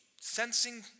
sensing